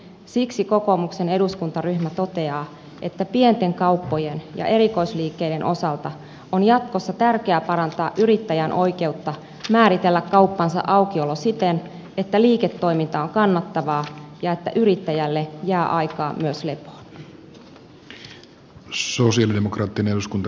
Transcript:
siksi kokoomuksen eduskuntaryhmä toteaa että pienten kauppojen ja erikoisliikkeiden osalta on jatkossa tärkeä parantaa yrittäjän oikeutta määritellä kauppansa aukiolo siten että liiketoiminta on kannattavaa ja että yrittäjälle jää aikaa myös lepoon